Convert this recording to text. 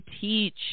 teach